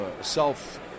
self